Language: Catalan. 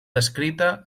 descrita